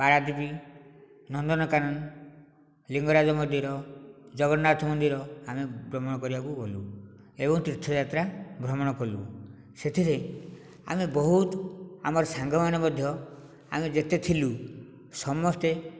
ପାରାଦ୍ବୀପ ନନ୍ଦନକାନନ ଲିଙ୍ଗରାଜ ମନ୍ଦିର ଜଗନ୍ନାଥ ମନ୍ଦିର ଆମେ ଭ୍ରମଣ କରିବାକୁ ଗଲୁ ଏବଂ ତୀର୍ଥ ଯାତ୍ରା ଭ୍ରମଣ କଲୁ ସେଥିରେ ଆମେ ବହୁତ ଆମର ସାଙ୍ଗମାନେ ମଧ୍ୟ ଆମେ ଯେତେଥିଲୁ ସମସ୍ତେ